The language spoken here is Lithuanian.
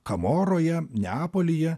kamoroje neapolyje